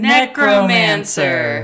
Necromancer